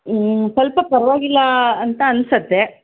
ಸ್ವಲ್ಪ ಪರವಾಗಿಲ್ಲ ಅಂತ ಅನ್ನಿಸುತ್ತೆ